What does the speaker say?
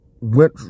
went